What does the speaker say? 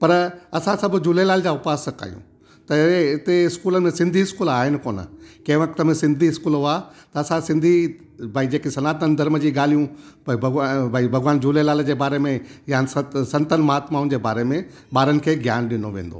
पर असां सभु झूलेलाल जो उपासक आहियूं त हिते इस्कूल में सिंधी स्कूल आहिनि कोन्ह कंहिं वक़्त में सिंधी स्कूल हुआ त असां सिंधी बाई जेके सनातन धर्म जी ॻाल्हियूं बई भगवान बई भगवान झूलेलाल जे बारे में या सत संतनि महात्माऊनि जे बारे में ॿारनि खे ज्ञान ॾिनो वेंदो